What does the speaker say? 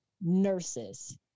nurses